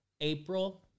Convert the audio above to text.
April